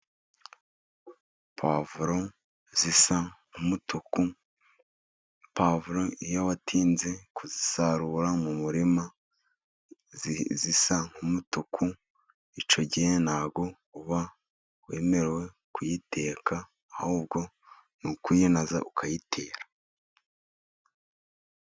Pavuro zisa n'umutuku, pavuro iyo watinze kuzisarura mu murima zisa nk'umutuku, icyo gihe ntabwo uba wemerewe kuyiteka, ahubwo n'ukuyinaza ukayitera.